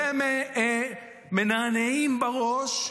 והם מנענעים בראש,